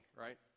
right